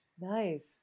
Nice